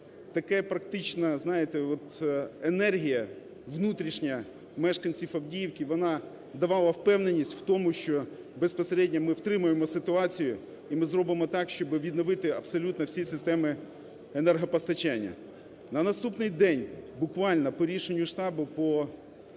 знаєте, от енергія внутрішня мешканців Авдіївки вона давала впевненість в тому, що безпосередньо ми втримуємо ситуацію і ми зробимо так, щоби відновити абсолютно всі системи енергопостачання. На наступний день, буквально, по рішенню штабу, по